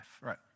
right